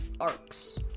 arcs